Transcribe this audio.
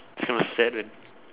it's kind of sad man